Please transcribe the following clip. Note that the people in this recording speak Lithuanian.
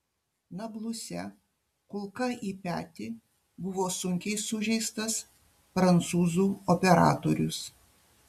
nabluse kulka į petį buvo sunkiai sužeistas prancūzų operatorius